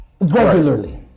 regularly